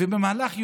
ובמהלך יומיים,